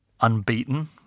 unbeaten